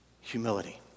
Humility